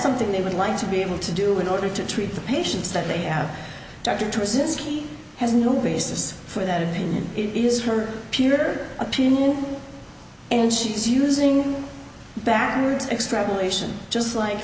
something they would like to be able to do in order to treat the patients that they have a doctor to assist he has no basis for that opinion is her puter opinion and she's using backwards extrapolation just like